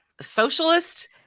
Socialist